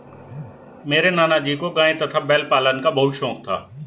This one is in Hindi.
मेरे नाना जी को गाय तथा बैल पालन का बहुत शौक था